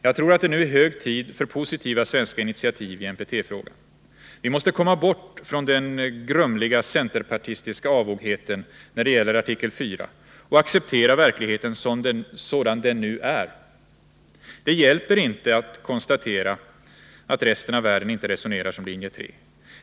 Jag tror att det nu är hög tid för positiva svenska initiativ i NPT-frågan. Vi måste komma bort från den grumliga centerpartistiska avogheten när det gäller artikel 4 och acceptera verkligheten sådan den nu är. Det hjälper inte att konstatera att resten av världen inte resonerar som linje 3.